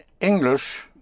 English